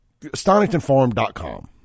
StoningtonFarm.com